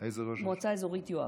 מועצה אזורית יואב.